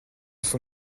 son